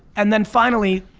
and then finally,